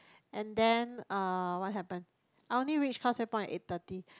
and then uh what happen I only reach Causeway-Point at seven thirty